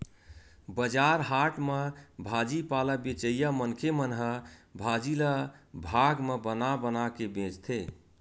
बजार हाट म भाजी पाला बेचइया मनखे मन ह भाजी ल भाग म बना बना के बेचथे